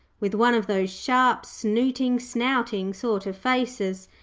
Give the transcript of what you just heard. with one of those sharp, snooting, snouting sort of faces,